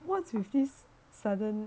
what's with this sudden